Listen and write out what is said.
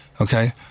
Okay